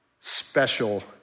special